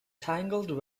tangled